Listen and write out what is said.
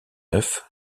neuf